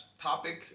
topic